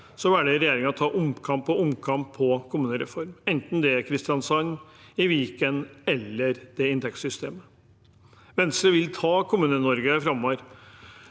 – velger regjeringen å ta omkamp på omkamp om kommunereformen, enten det er i Kristiansand, i Viken eller om inntektssystemet. Venstre vil ta Kommune-Norge framover.